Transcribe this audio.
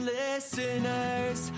listeners